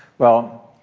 well,